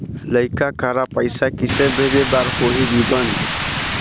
लइका करा पैसा किसे भेजे बार होही जीवन